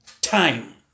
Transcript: time